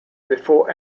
before